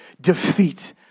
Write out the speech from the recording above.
Defeat